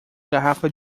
garrafa